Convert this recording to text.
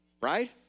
Right